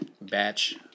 batch